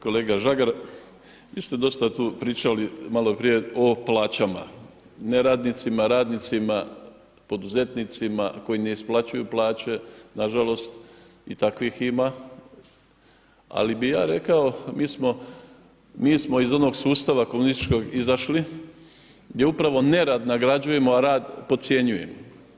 Kolega Žagar, vi ste dosta tu pričali malo prije o plaćama neradnicima, radnicima, poduzetnicima koji ne isplaćuju plaće nažalost i takvih ima, ali bih ja rekao, mi smo iz onog sustava komunističkog izašli gdje upravo nerad nagrađujemo, a rad podcjenjujemo.